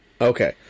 Okay